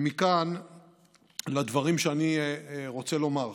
ומכאן לדברים שאני רוצה לומר.